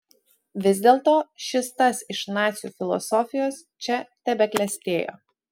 vis dėlto šis tas iš nacių filosofijos čia tebeklestėjo